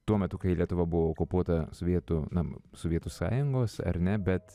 tuo metu kai lietuva buvo okupuota sovietų na sovietų sąjungos ar ne bet